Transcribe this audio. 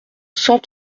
cent